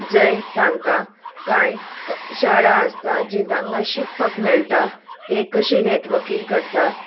जंय तांकां कांय शाळा आसता जी तांकां शिकपाक मेळटा तें कशें नेटवर्कींग करतात